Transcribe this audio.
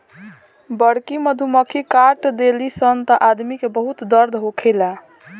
बड़की मधुमक्खी काट देली सन त आदमी के बहुत दर्द होखेला